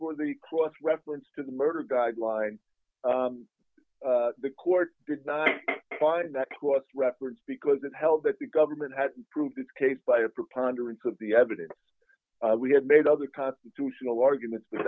for the cross reference to the murder guideline the court did not find that clause reference because it held that the government had proved its case by a preponderance of the evidence we had made other constitutional arguments but